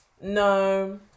no